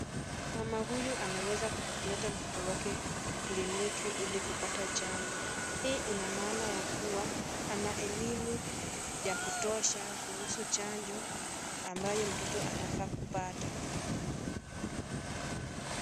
Mama huyu ameweza kumleta mtoto wake kliniki ili kupata chanjo. Hii ina maana ya kuwa ana elimu ya kutosha kuhusu chanjo ambayo mtoto anafaa kupata.